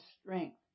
strength